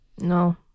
No